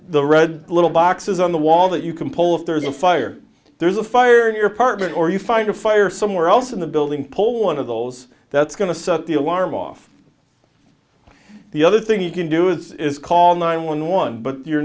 the red little boxes on the wall that you can pull if there's a fire there's a fire in your apartment or you fight a fire somewhere else in the building pull one of those that's going to set the alarm off the other thing you can do is call nine one one but your